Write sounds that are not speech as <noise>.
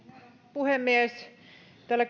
puhemies täällä <unintelligible>